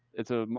it's a,